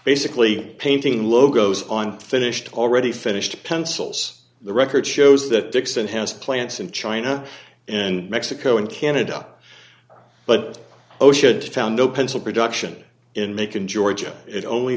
basically painting logos on finished already finished pencils the record shows that dixon has plants in china and mexico and canada but oh should found no pencil production in macon georgia it only